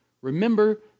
remember